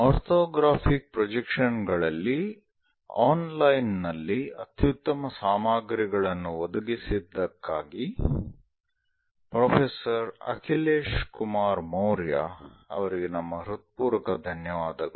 orthographic projection ಗಳಲ್ಲಿ online ನಲ್ಲಿ ಅತ್ಯುತ್ತಮ ಸಾಮಗ್ರಿಗಳನ್ನು ಒದಗಿಸಿದ್ದಕ್ಕಾಗಿ ಪ್ರೊಫೆಸರ್ ಅಖಿಲೇಶ್ ಕುಮಾರ್ ಮೌರ್ಯ ಅವರಿಗೆ ನಮ್ಮ ಹೃತ್ಪೂರ್ವಕ ಧನ್ಯವಾದಗಳು